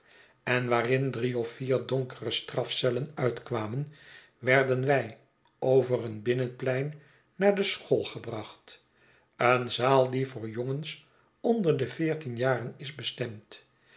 en waarin drie of vier donkere strafcellen uitkwamen werden wij over een binnenplein naar de school gebracht een zaal die voor jongens onder de veertien jaren is bestemd